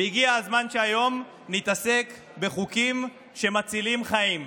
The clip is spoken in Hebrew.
והגיע הזמן שהיום נתעסק בחוקים שמצילים חיים.